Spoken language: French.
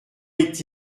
est